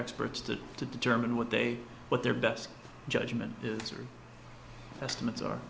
experts to to determine what they what their best judgment is best mates are